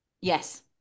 Yes